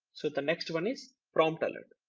so the next one is prompt alert.